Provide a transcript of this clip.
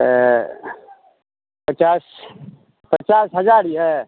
तऽ पचास हजार यऽ